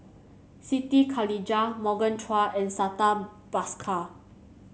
Siti Khalijah Morgan Chua and Santha Bhaskar